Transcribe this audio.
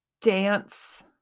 dance